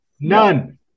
None